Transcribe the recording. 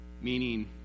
Meaning